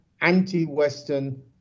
anti-Western